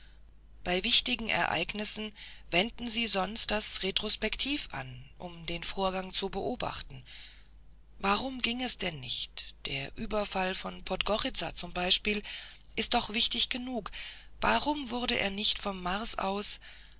bei wichtigen ereignissen wenden sie sonst das retrospektiv an um den vorgang zu beobachten warum ging es denn nicht der überfall von podgoritza zum beispiel ist doch wichtig genug warum wurde er nicht vorn mars aus